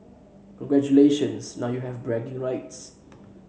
congratulations now you have bragging rights